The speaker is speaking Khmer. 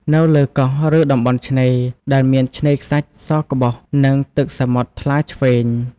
នៅលើកោះ ឬតំបន់ឆ្នេរ ដែលមានឆ្នេរខ្សាច់សក្បុស និងទឹកសមុទ្រថ្លាឈ្វេង។